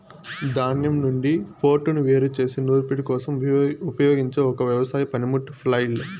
ధాన్యం నుండి పోట్టును వేరు చేసే నూర్పిడి కోసం ఉపయోగించే ఒక వ్యవసాయ పనిముట్టు ఫ్లైల్